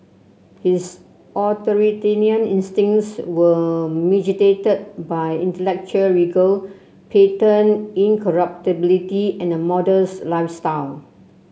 his authoritarian instincts were mitigated by intellectual rigour patent incorruptibility and a modest lifestyle